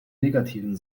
negativen